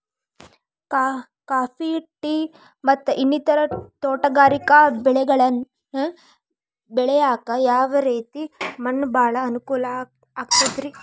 Coffee, tea, ಮತ್ತ ಇನ್ನಿತರ ತೋಟಗಾರಿಕಾ ಬೆಳೆಗಳನ್ನ ಬೆಳೆಯಾಕ ಯಾವ ರೇತಿ ಮಣ್ಣ ಭಾಳ ಅನುಕೂಲ ಆಕ್ತದ್ರಿ?